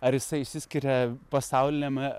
ar jisai išsiskiria pasauliniame